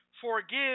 forgive